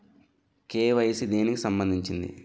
KYC దేనికి సంబందించింది?